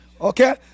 Okay